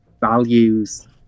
values